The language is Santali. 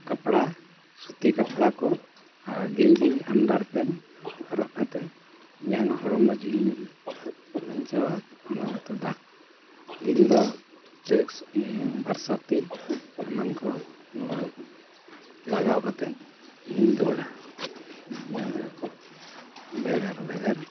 ᱠᱟᱯᱲᱟ ᱥᱩᱛᱤ ᱠᱟᱯᱲᱟ ᱠᱚ ᱟᱨ ᱜᱤᱧᱡᱤ ᱟᱱᱰᱟᱨ ᱯᱮᱱ ᱦᱚᱨᱚᱜ ᱠᱟᱛᱮᱫ ᱤᱧᱟᱹᱜ ᱦᱚᱲᱢᱚ ᱡᱤᱣᱤᱧ ᱵᱟᱧᱪᱟᱣᱟ ᱚᱱᱟ ᱠᱚᱛᱮᱫ ᱫᱟᱜ ᱫᱤᱱ ᱫᱚ ᱴᱮᱠᱥ ᱵᱚᱨᱥᱟᱛᱤ ᱮᱢᱟᱱ ᱠᱚ ᱞᱟᱜᱟᱣ ᱞᱟᱜᱟᱣ ᱠᱟᱛᱮᱫ ᱤᱧ ᱫᱟᱹᱲᱟ ᱤᱱᱟᱹ ᱫᱚ ᱵᱷᱮᱜᱟᱨ ᱵᱷᱮᱜᱟᱨ